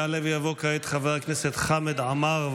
יעלה ויבוא כעת חבר הכנסת חמד עמאר,